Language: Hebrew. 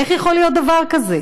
איך יכול להיות דבר כזה?